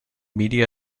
media